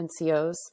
NCOs